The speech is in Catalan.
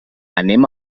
anem